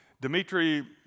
Dmitry